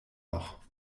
noch